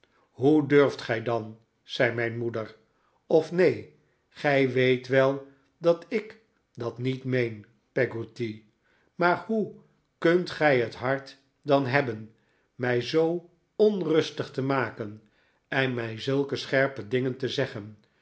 hoe durft gij dan zei mijn moeder of neen gij weet wel dat ik dat niet meen peggotty maar hoe kunt gij het hart dan hebben mij zoo onrustig te maken en mij zulke scherpe dingen te zeggen